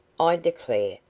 i declare,